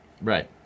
Right